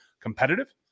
competitive